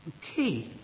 Okay